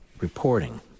reporting